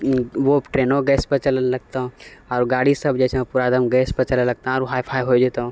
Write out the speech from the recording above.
ओ ट्रेनो गैस पर चलै लगतो आरो गाड़ीसब जे छै पूरा एकदम गैस पर चलै लगतो आरो हाय फाय हो जेतो